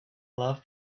love